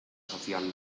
social